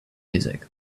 music